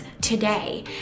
today